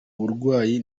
burwayi